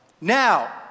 Now